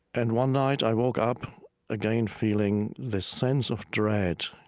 and one night i woke up again feeling this sense of dread,